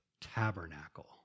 tabernacle